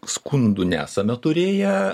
skundų nesame turėję